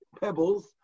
pebbles